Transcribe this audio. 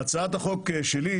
בהצעת החוק שלי,